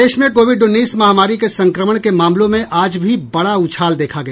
प्रदेश में कोविड उन्नीस महामारी के संक्रमण के मामलों में आज भी बड़ा उछाल देखा गया